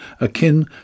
akin